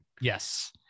Yes